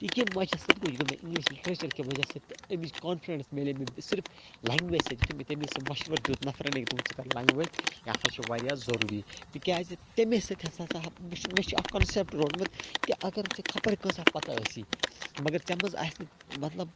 یہِ کَمہِ وجہ سۭتۍ گوٚو یہِ گوٚو مےٚ اِنٛگلِش لِٹریٚچر کہِ وجہ سۭتۍ تہٕ اَمِچ کانفِرنٕس مٮ۪لے مےٚ صِرِف لنٛگویج سۭتۍ یُتھٕے مےٚ تَمہِ وِزِ سُہ مشور دیُت نفرن أکۍ دوٚپُن ژٕ کر لنٛگویج یہِ ہسا چھِ واریاہ ضُروٗری تِکیٛازِ تَمے سۭتۍ ہَسا ہَسا مےٚ چھُ مےٚ چھُ اکھ کنسٮ۪پٹ روٚٹمُت کہِ اگر ژےٚ خبر کۭژاہ پتہ ٲسی مگر ژےٚ منٛز آسہِ نہٕ مطلب